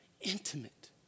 intimate